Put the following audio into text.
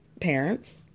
parents